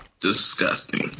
disgusting